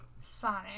Sonic